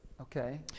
Okay